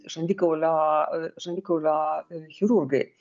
žandikaulio žandikaulio chirurgai